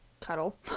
Cuddle